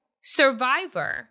survivor